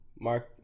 mark